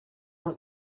want